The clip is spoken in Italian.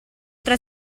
tre